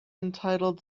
entitled